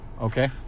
Okay